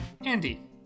Andy